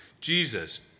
Jesus